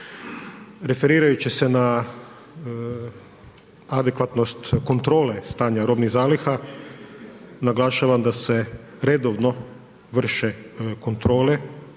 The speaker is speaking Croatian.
Referirajući se na adekvatnost kontrole stanja robnih zaliha, naglašavam da se redovno vrše kontrole